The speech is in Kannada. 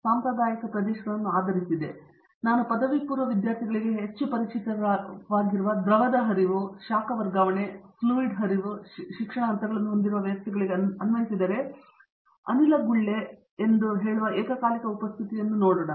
ಸಾಂಪ್ರದಾಯಿಕ ಪ್ರದೇಶಗಳು ಆಧರಿಸಿವೆ ನಾವು ಪದವಿಪೂರ್ವ ವಿದ್ಯಾರ್ಥಿಗಳಿಗೆ ಹೆಚ್ಚು ಪರಿಚಿತವಾಗಿರುವ ದ್ರವದ ಹರಿವು ಶಾಖ ವರ್ಗಾವಣೆ ಫ್ಲೋಯಿಡ್ ಹರಿವು ಶಿಕ್ಷಣ ಹಂತಗಳನ್ನು ಹೊಂದಿರುವ ವ್ಯವಸ್ಥೆಗಳಿಗೆ ಅನ್ವಯಿಸಿದರೆ ಅನಿಲ ಗುಳ್ಳೆ ಎಂದು ಹೇಳುವ ಏಕಕಾಲಿಕ ಉಪಸ್ಥಿತಿ ಎಂದು ಹೇಳೋಣ